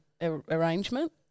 arrangement